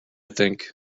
think